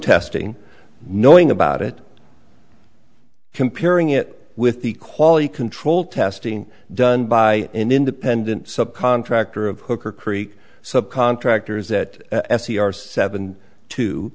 testing knowing about it comparing it with the quality control testing done by an independent subcontractor of hooker creek sub contractors that s c r seven to